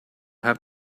have